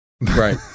right